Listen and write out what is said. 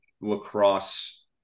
lacrosse